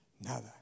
nada